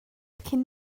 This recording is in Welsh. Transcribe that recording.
cyn